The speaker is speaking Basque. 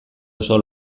oso